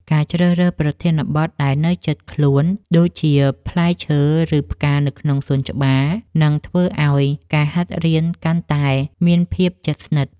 ការជ្រើសរើសប្រធានបទដែលនៅជិតខ្លួនដូចជាផ្លែឈើ ឬ ផ្កានៅក្នុងសួនច្បារនឹងធ្វើឱ្យការហាត់រៀនកាន់តែមានភាពជិតស្និទ្ធ។